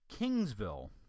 Kingsville